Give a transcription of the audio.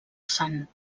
sant